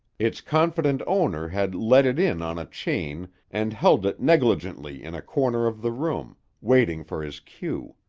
its confident owner had led it in on a chain and held it negligently in a corner of the room, waiting for his cue.